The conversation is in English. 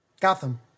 Gotham